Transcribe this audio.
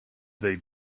they